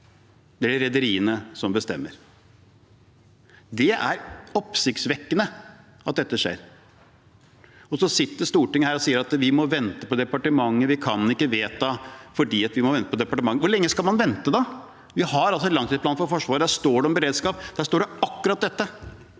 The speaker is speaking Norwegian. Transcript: Det er det rederiene som bestemmer. Det er oppsiktsvekkende at dette skjer. Så sitter Stortinget her og sier at vi må vente på departementet – vi kan ikke vedta, fordi vi må vente på departementet. Hvor lenge skal man vente da? Vi har altså en langtidsplan for Forsvaret. Der står det om beredskap. Der står det om akkurat dette,